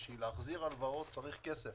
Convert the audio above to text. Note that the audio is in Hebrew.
כדי להחזיר הלוואות, צריך כסף.